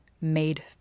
made